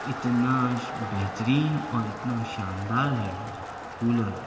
اتنا بہترین اور اتنا شاندار ہے کولر